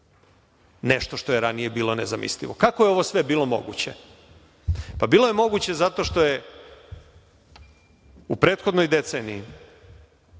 nešto što je ranije bilo nezamislivo. Kako je ovo sve bilo moguće? Bilo je moguće zato što je u prethodnoj deceniji,